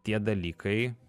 tie dalykai